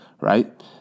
Right